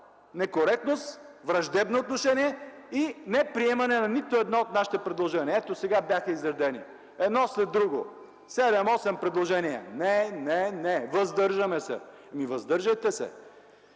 некоректност, враждебно отношение и неприемане на нито едно от нашите предложения. Ето, сега те бяха изредени едно след друго – седем-осем предложения, „не”, „не”, „не”, „въздържаме се”. Ами, въздържайте се,